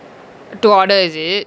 to order is it